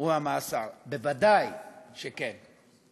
או המאסר, ודאי שכן.